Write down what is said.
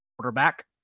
quarterback